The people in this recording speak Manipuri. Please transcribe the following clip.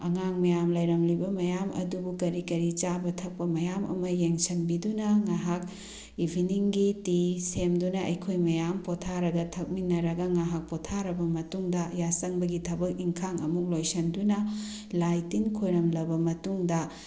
ꯑꯉꯥꯡ ꯃꯌꯥꯝ ꯂꯩꯔꯝꯂꯤꯕ ꯃꯌꯥꯝ ꯑꯗꯨꯕꯨ ꯀꯔꯤ ꯀꯔꯤ ꯆꯥꯕ ꯊꯛꯄ ꯃꯌꯥꯝ ꯑꯃ ꯌꯦꯡꯁꯤꯟꯕꯤꯗꯨꯅ ꯉꯥꯏꯍꯥꯛ ꯏꯚꯤꯅꯤꯡꯒꯤ ꯇꯤ ꯁꯦꯝꯗꯨꯅ ꯑꯩꯈꯣꯏ ꯃꯌꯥꯝ ꯄꯣꯊꯥꯔꯒ ꯊꯛꯃꯤꯟꯅꯔꯒ ꯉꯥꯏꯍꯥꯛ ꯄꯣꯊꯥꯔꯕ ꯃꯇꯨꯡꯗ ꯌꯥꯆꯪꯕꯒꯤ ꯊꯕꯛ ꯏꯪꯈꯥꯡ ꯑꯃꯨꯛ ꯂꯣꯏꯁꯤꯟꯗꯨꯅ ꯂꯥꯏ ꯇꯤꯟ ꯈꯣꯏꯔꯝꯂꯕ ꯃꯇꯨꯡꯗ